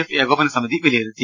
F ഏകോപന സമിതി വിലയിരുത്തി